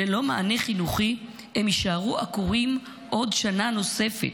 ללא מענה חינוכי הם יישארו עקורים עוד שנה נוספת.